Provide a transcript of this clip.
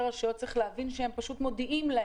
הרשויות צריך להבין שהם פשוט מודיעים להם,